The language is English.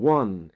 one